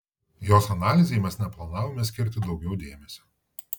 jos analizei mes neplanavome skirti daugiau dėmesio